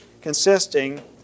consisting